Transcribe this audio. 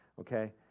okay